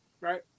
Right